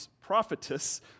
prophetess